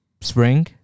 spring